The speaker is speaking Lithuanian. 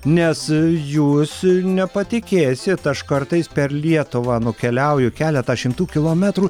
nes jūs nepatikėsit aš kartais per lietuvą nukeliauju keletą šimtų kilometrų